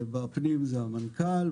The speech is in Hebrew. בפנים זה המנכ"ל,